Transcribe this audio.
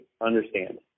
understand